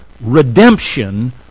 redemption